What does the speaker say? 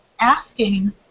asking